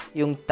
yung